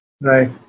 Right